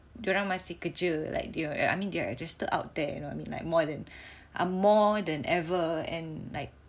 dia orang masih kerja like you know I mean they are adjusted out there you know I mean like more than uh more than ever and like